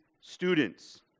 students